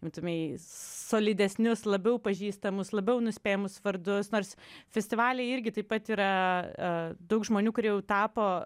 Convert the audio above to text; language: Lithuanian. būtumei solidesnius labiau pažįstamus labiau nuspėjamus vardus nors festivaliai irgi taip pat yra daug žmonių kurie jau tapo